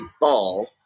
ball